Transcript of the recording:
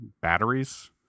batteries